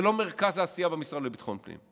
זה לא מרכז העשייה במשרד לביטחון פנים,